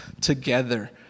together